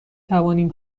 توانیم